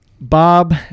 Bob